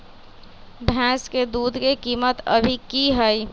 भैंस के दूध के कीमत अभी की हई?